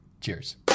Cheers